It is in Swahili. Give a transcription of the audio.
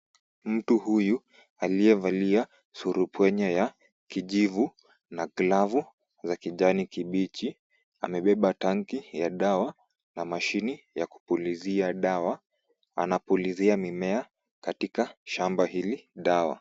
Mtu huyu aliyevalia surupwenye ya kijivu na glavu ya kijani kibichi amebeba tanki ya dawa na mashini ya kupulizia dawa. Anapulizia mimea katika shamba hili dawa.